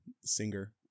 singer